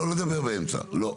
לא, לא לדבר באמצע, לא.